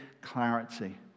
clarity